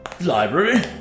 Library